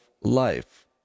life